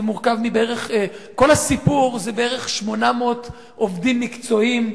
כל הסיפור זה בערך 800 עובדים מקצועיים,